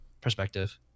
perspective